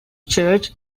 church